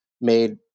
made